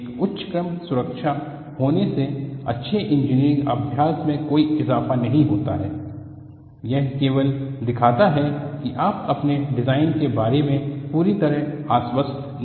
एक उच्च क्रम सुरक्षा होने से अच्छे इंजीनियरिंग अभ्यास में कोई इजाफा नहीं होता है यह केवल दिखाता है कि आप अपने डिजाइन के बारे में पूरी तरह आश्वस्त नहीं हैं